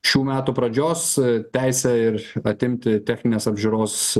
šių metų pradžios teisę ir atimti techninės apžiūros